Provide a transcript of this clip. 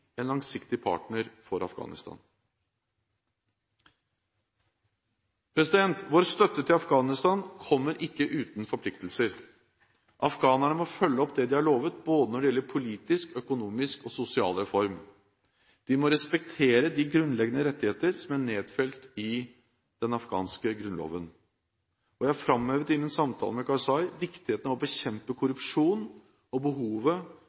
en langsiktig partner for Afghanistan. Vår støtte til Afghanistan kommer ikke uten forpliktelser. Afghanerne må følge opp det de har lovet, både når det gjelder politisk, økonomisk og sosial reform. De må respektere de grunnleggende rettigheter som er nedfelt i den afghanske grunnloven. Jeg framhevet i min samtale med Karzai viktigheten av å bekjempe korrupsjon og behovet